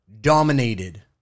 dominated